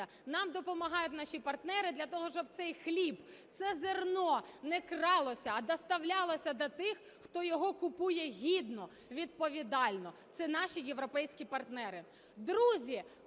Нам допомагають наші партнери для того, щоб цей хліб, це зерно не кралося, а доставлялося до тих, хто його купує гідно, відповідально. Це наші європейські партнери. Друзі,